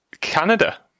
Canada